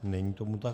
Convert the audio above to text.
Není tomu tak.